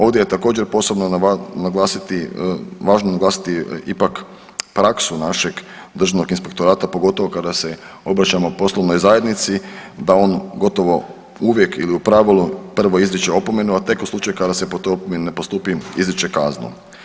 Ovdje je također potrebno naglasiti, važno naglasiti ipak praksu našeg Državnog inspektorata pogotovo kada se obraćamo poslovnoj zajednici da on gotovo uvijek ili u pravilu prvo izriče opomenu, a tek u slučaju kada se ne postupi izriče kaznu.